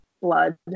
blood